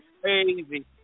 crazy